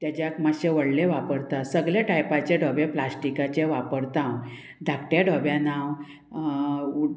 तेज्याक मातशें व्हडलें वापरता सगले टायपाचे डोबे प्लास्टिकाचे वापरता हांव धाकट्या डोब्यान हांव